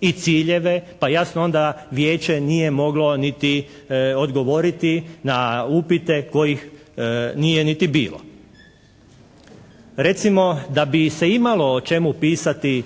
i ciljeve pa jasno onda Vijeće nije onda moglo niti odgovoriti na upite kojih nije niti bilo. Recimo da bi se imalo o čemu pisati